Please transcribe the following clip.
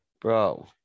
Bro